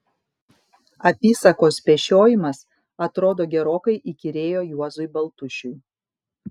apysakos pešiojimas atrodo gerokai įkyrėjo juozui baltušiui